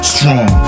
Strong